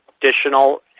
additional